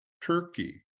Turkey